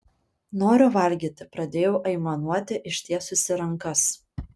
noriu valgyti pradėjau aimanuoti ištiesusi rankas